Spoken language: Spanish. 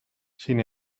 sin